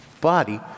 body